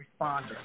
responder